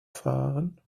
fahren